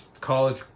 college